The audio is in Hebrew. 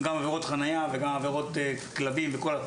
גם עבירות חנייה וגם עבירות כלבים והכל,